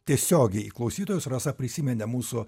tiesiogiai į klausytojus rasa prisiminė mūsų